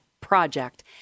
Project